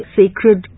sacred